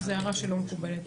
זו הערה שלא מקובלת.